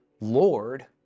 Lord